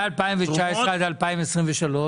מ- 2019 עד 2023?